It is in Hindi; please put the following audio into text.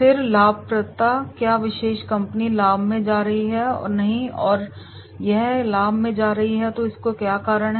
फिर लाभप्रदता क्या विशेष कंपनी लाभ में जा रही है और नहीं और यदि यह लाभ में जा रही है तो इसके क्या कारण हैं